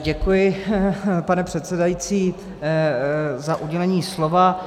Děkuji, pane předsedající, za udělení slova.